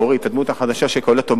הדמות החדשה שקולטת אותו,